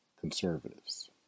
conservatives